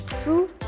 True